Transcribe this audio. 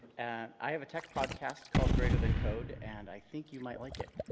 and i have a tech podcast called greater than code. and i think you might like it.